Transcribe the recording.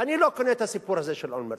ואני לא קונה את הסיפור הזה של אולמרט.